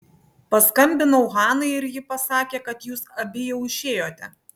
paskambinau hanai ir ji pasakė kad jūs abi jau išėjote